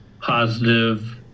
positive